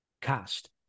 cast